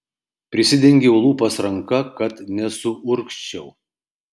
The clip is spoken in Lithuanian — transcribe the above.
prisidengiau lūpas ranka kad nesuurgzčiau